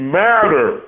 matter